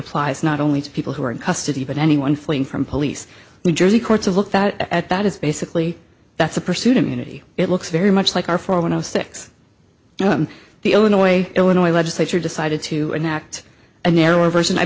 applies not only to people who are in custody but anyone fleeing from police new jersey courts a look that at that is basically that's a pursuit immunity it looks very much like our for when i was six i'm the only way illinois legislature decided to enact a narrower version i